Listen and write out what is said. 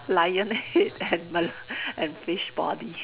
lion head and mer~ and fish body